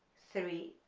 three,